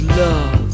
love